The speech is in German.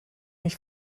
mich